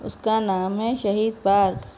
اس کا نام ہے شہید پارک